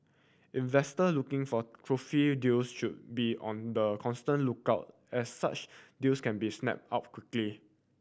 investor looking for trophy deals should be on the constant lookout as such deals can be snapped up quickly